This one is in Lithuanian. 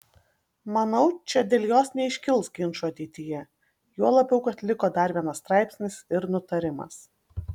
manau čia dėl jos neiškils ginčų ateityje juo labiau kad liko dar vienas straipsnis ir nutarimas